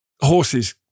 Horses